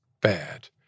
bad